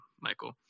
michael